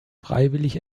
freiwillig